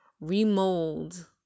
remold